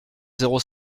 zéro